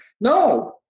No